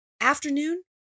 Afternoon